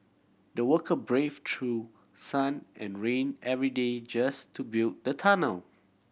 the worker brave through sun and rain every day just to build the tunnel